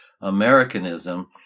americanism